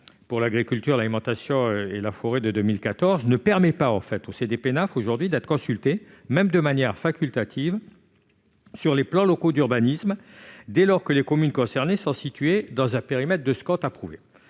pour l'agriculture, l'alimentation et la forêt de 2014 ne permet pas aux CDPENAF d'être consultées, même de manière facultative, sur les plans locaux d'urbanisme (PLU), dès lors que les communes concernées sont situées dans le périmètre d'un schéma